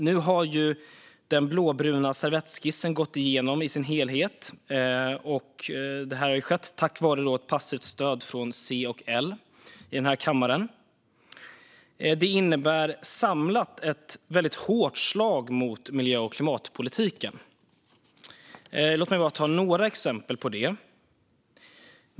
Nu har den blåbruna servettskissen gått igenom i sin helhet, och det har skett tack vare ett passivt stöd från C och L i den här kammaren. Det innebär samlat ett hårt slag mot miljö och klimatpolitiken. Låt mig ta några exempel.